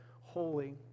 holy